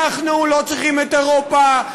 אנחנו לא צריכים את אירופה,